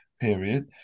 period